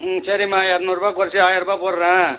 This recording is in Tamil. ம் சரிம்மா இருநூறுபா குறைத்து ஆயிரரூபா போடுறேன்